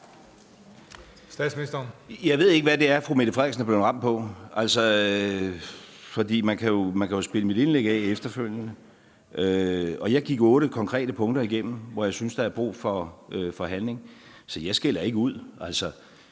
Rasmussen): Jeg ved ikke, hvad det er, fru Mette Frederiksen er blevet ramt på. Altså, man kan jo afspille mit indlæg efterfølgende, og jeg gik otte konkrete punkter igennem, hvor jeg synes der er brug for handling. Så jeg skælder ikke ud. Jeg